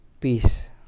Peace